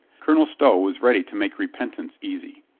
colonel stow was ready to make repentance easy.